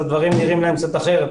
הדברים נראים קצת אחרת.